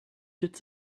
did